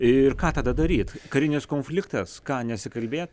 ir ką tada daryti karinis konfliktas ką nesikalbėt